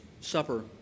supper